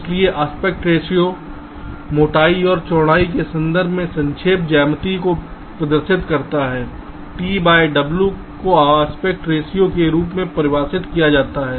इसलिए एस्पेक्ट रेशों मोटाई और चौड़ाई के संदर्भ में सापेक्ष ज्यामिति को प्रदर्शित करता है t बाय w को एस्पेक्ट रेशों के रूप में परिभाषित किया जाता है